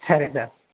సరే సార్